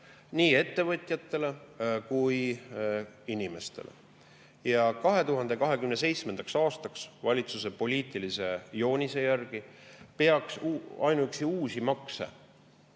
nii ettevõtjatele kui inimestele. 2027. aastaks peaks valitsuse poliitilise joonise järgi ainuüksi uusi makse